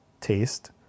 taste